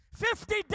Fifty